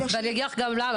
ואני אגיד לך למה.